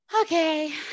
okay